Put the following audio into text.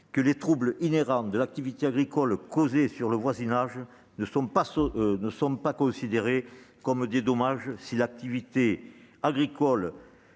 que les troubles inhérents à l'activité agricole causés sur le voisinage ne sont pas considérés comme des dommages si l'activité agricole